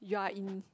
you are in